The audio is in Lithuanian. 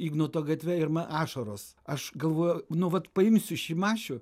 ignoto gatve ir man ašaros aš galvoju nu vat paimsiu šimašių